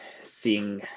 seeing